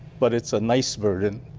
but it's a nice burden.